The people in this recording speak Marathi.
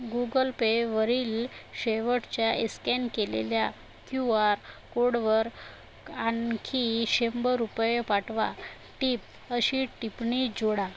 गुगल पेवरील शेवटच्या एस्कॅन केलेल्या क्यू आर कोडवर आणखी शंभर रुपये पाठवा टिप अशी टिप्पणी जोडा